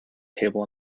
table